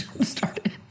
started